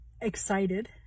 excited